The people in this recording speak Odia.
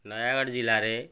ନୟାଗଡ଼ ଜିଲ୍ଲାରେ